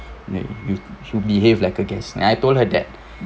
no you should behave like a guest I told her that